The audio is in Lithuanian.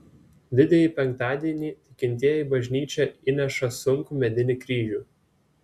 didįjį penktadienį tikintieji į bažnyčią įnešą sunkų medinį kryžių